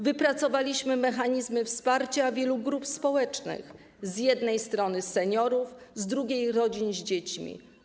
Wypracowaliśmy mechanizmy wsparcia wielu grup społecznych: z jednej strony seniorów, z drugiej rodzin z dziećmi.